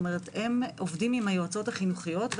הם עובדים עם היועצות החינוכיות,